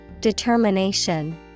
Determination